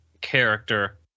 character